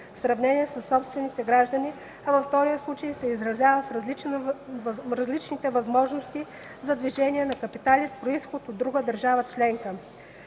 в сравнение със собствените граждани, а във втория случай се изразява в различните възможности за движение на капитали с произход от друга държава членка